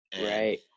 Right